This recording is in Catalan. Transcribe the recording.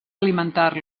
alimentar